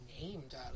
named